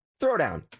throwdown